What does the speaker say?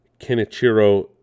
Kenichiro